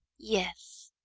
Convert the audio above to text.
yes.